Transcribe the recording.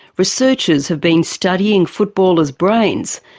researchers have been studying footballers' brains,